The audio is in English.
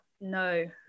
no